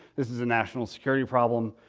this is a national security problem.